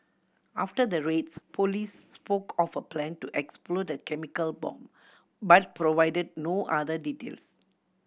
after the raids police spoke of a plan to explode a chemical bomb but provided no other details